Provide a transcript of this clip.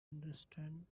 understand